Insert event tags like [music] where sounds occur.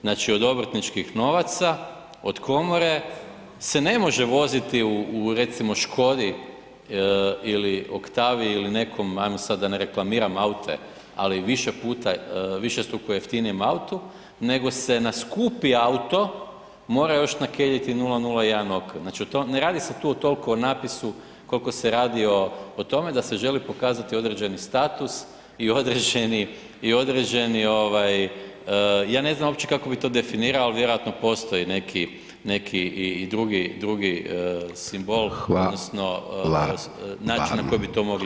Znači od obrtničkih novaca, od komore se ne može voditi u recimo Škodi ili Oktaviji ili nekom ajmo sada da ne reklamiram aute, ali više puta višestruko jeftinijem autu, nego se na skupi auto mora još nakeljiti 001, ... [unintelligible] znači ne radi se tu o toliko o napisu koliko se radi o tome da se želi pokazati određeni status i određeni, ja ne znam uopće kako bi to definirao ali vjerojatno postoji neki i drugi simbol, odnosno način na koji bi to mogli objasniti.